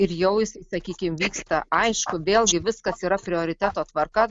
ir jau jisai sakykim vyksta aišku vėl viskas yra prioriteto tvarka